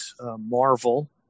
Marvel